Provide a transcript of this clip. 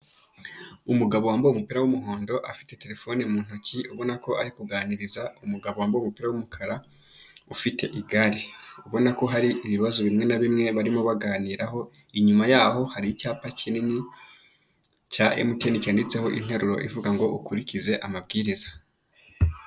Umugabo wambaye umupira w'umuhondo afite terefone mu ntoki ubona ko ari kuganiriza umugabo wambaye umupira w'umukara ufite igare, ubona ko hari ibibazo bimwe na bimwe barimo baganiraho. Inyuma yabo hari icyapa kinini cya Emutiyeni cyanditseho interuro ivuga ngo ukurikize amabwiriza.